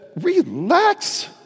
relax